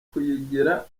kuyigira